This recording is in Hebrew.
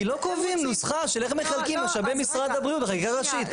כי לא קובעים נוסחה של איך מחלקים משאבי משרד הבריאות בחקיקה ראשית,